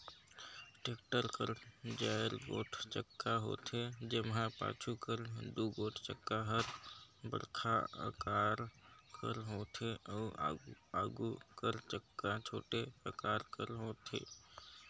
tractor कर चाएर गोट चक्का होथे, जेम्हा पाछू कर दुगोट चक्का हर बड़खा अकार कर होथे अउ आघु कर चक्का छोटे अकार कर होथे